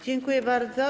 Dziękuję bardzo.